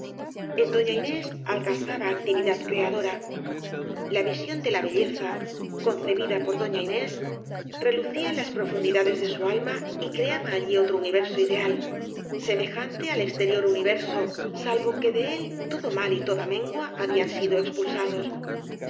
en doña inés alcanzaba actividad creadora la visión de la be lleza concebida por doña inés relucía en las pro fundidades de su alma y creaba allí otro universo ideal semejante al exterior universo salvo que de él todo mal y toda mengua habían sido expulsados